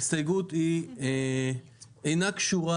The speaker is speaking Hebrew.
ההסתייגות אינה קשורה